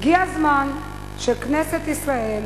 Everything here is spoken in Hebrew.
הגיע הזמן שכנסת ישראל